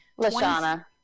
Lashana